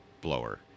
blower